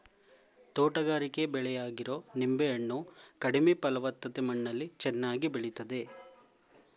ತೋಟಗಾರಿಕೆ ಬೆಳೆಯಾಗಿರೊ ನಿಂಬೆ ಹಣ್ಣು ಕಡಿಮೆ ಫಲವತ್ತತೆ ಮಣ್ಣಲ್ಲಿ ಚೆನ್ನಾಗಿ ಬೆಳಿತದೆ